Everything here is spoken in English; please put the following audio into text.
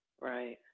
Right